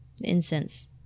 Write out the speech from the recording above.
incense